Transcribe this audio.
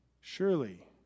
Surely